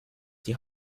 die